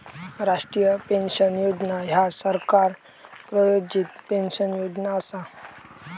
राष्ट्रीय पेन्शन योजना ह्या सरकार प्रायोजित पेन्शन योजना असा